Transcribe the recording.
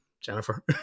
Jennifer